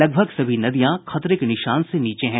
लगभग सभी नदियां खतरे के निशान से नीचे है